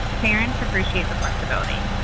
parents appreciate the flexibility.